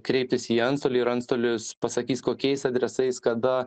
kreiptis į antstolį ir antstolis pasakys kokiais adresais kada